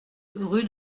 rue